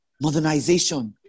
modernization